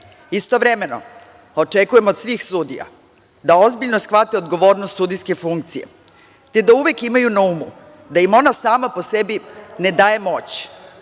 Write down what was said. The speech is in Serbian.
jednakima. Istovremeno očekujem od svih sudija da ozbiljno shvate odgovornost sudijske funkcije, te da uvek imaju na umu da im ona sama po sebi ne daje moć,